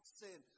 sin